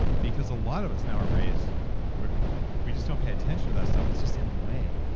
because a lot of us now are raised where we just don't pay attention to that stuff. it's just in the way.